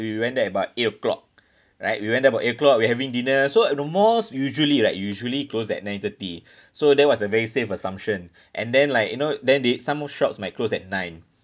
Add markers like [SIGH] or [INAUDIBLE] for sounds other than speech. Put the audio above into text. we went there about eight o'clock right we went there about eight o'clock we having dinner so the malls usually right usually close at nine thirty [BREATH] so that was a very safe assumption [BREATH] and then like you know then they some shops might close at nine